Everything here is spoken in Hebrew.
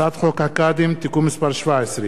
הצעת חוק הקאדים (תיקון מס' 17)